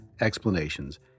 explanations